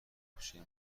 کوچه